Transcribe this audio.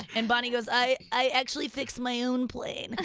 and bonnie goes, i i actually fix my own plane.